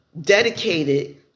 dedicated